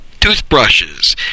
toothbrushes